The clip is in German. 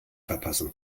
verpassen